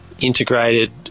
integrated